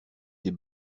des